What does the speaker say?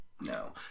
No